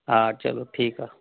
हा चलो ठीकु आहे